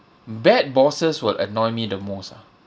bad bosses will annoy me the most ah